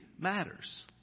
matters